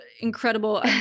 incredible